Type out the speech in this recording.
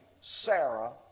Sarah